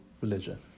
religion